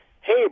Hey